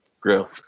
grill